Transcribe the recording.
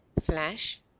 flash